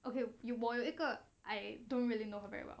okay 我有一个 I don't really know her very well